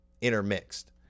intermixed